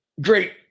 great